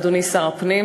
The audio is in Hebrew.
אדוני שר הפנים,